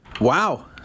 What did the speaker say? Wow